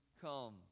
come